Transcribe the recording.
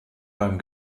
beim